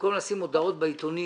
במקום לשים מודעות בעיתונים